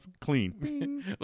Clean